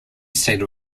stayed